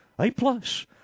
A-plus